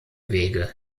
wege